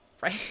Right